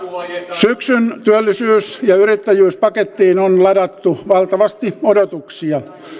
syksyn työllisyys ja yrittäjyyspakettiin on ladattu valtavasti odotuksia